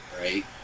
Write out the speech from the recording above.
right